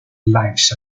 lives